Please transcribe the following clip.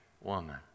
woman